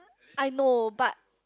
I know but